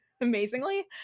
amazingly